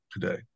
today